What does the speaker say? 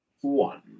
One